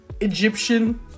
Egyptian